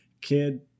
kid